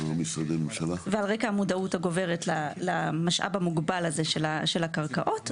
ועל רקע המודעות הגוברת למשאב המוגבל הזה של הקרקעות,